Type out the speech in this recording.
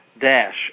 dash